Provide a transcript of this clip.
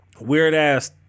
weird-ass